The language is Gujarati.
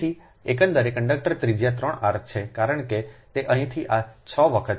તેથી એકંદરે કંડક્ટર ત્રિજ્યા 3 r છે કારણ કે અહીંથી આ 6 વખત છે